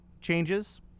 changes